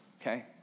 okay